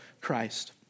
Christ